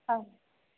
आं